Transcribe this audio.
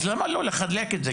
אז למה לא לחלק את זה?